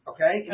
Okay